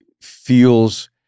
feels